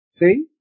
See